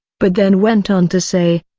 but then went on to say,